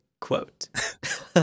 quote